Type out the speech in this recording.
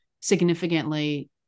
significantly